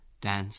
dance